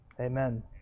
Amen